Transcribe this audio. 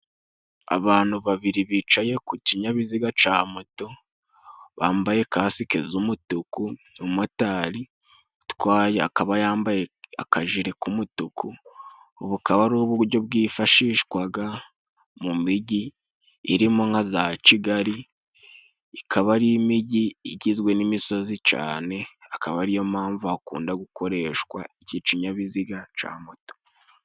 Abantu babiri bicaye ku kinyabiziga cya moto bambaye kasike z'umutuku, umu motari utwaye akaba yambaye akajiri k'umutuku. Ubu bukaba ari uburyo bwifashishwa mu mijyi, irimo nka za Kigali ikaba ari imigi igizwe n'imisozi cyane. Akaba ariyo mpamvu hakunda gukoreshwa iki kinyabiziga cya moto.